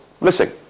listen